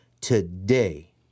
today